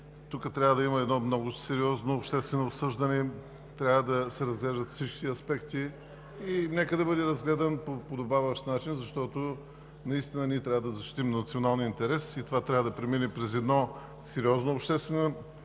Тук трябва да има едно много сериозно обществено обсъждане, трябва да се разглеждат всички аспекти. Нека да бъде разгледан по подобаващ начин, защото ние наистина трябва да защитим националния интерес. Това трябва да премине през едно сериозно обществено